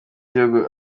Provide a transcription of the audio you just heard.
igihugu